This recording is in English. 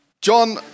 John